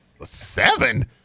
seven